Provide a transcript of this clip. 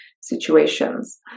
situations